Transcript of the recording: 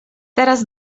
teraz